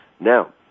Now